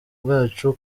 bwacu